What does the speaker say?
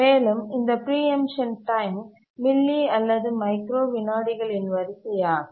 மேலும் இந்த preemption time milli அல்லது மைக்ரோ விநாடிகளின் வரிசையாகும்